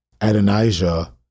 Adonijah